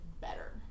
better